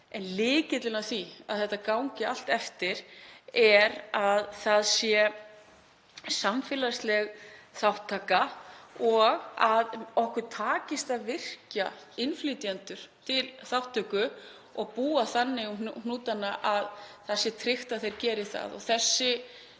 en lykillinn að því að þetta gangi allt eftir er að það sé samfélagsleg þátttaka og að okkur takist að virkja innflytjendur til þátttöku og búa þannig um hnútana að tryggt sé að þeir geri það.